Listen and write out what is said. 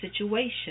situation